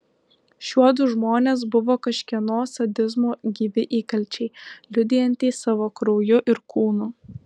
šiuodu žmonės buvo kažkieno sadizmo gyvi įkalčiai liudijantys savo krauju ir kūnu